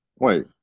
Wait